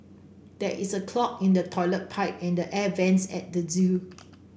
there is a clog in the toilet pipe and the air vents at the zoo